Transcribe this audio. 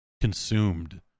consumed